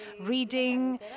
reading